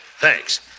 Thanks